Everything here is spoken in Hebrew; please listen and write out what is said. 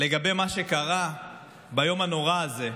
לגבי מה שקרה ביום הנורא הזה,